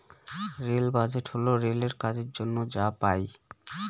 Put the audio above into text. rail budget হল রেলের কাজের জন্য যা পাই